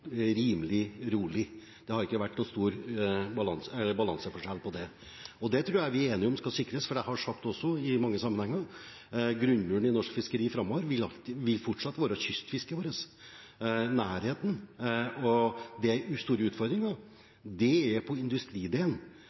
rimelig rolig. Det har ikke vært noen stor balanseforskjell her. Det tror jeg vi er enige om skal sikres, for jeg har sagt også i mange sammenhenger at grunnmuren i norsk fiskeri framover fortsatt vil være kystfisket vårt, nærheten. Den store utfordringen er